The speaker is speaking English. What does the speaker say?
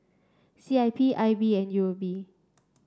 C I P I B and U O B